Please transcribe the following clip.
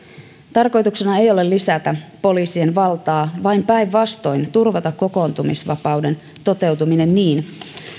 tarkoituksena ei ole lisätä poliisien valtaa vaan päinvastoin turvata kokoontumisvapauden toteutuminen niin